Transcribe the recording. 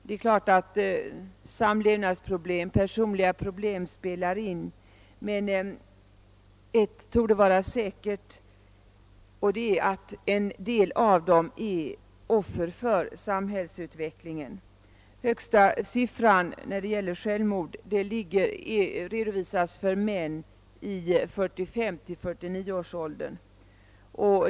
Det är klart att samlevnadsproblem, personliga problem spelar in, men ett torde vara säkert, nämligen att en del av dem det gäller är offer för samhällsutvecklingen. Högsta siffran vad beträffar självmord redovisas för män i 45—49-årsåldern.